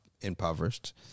impoverished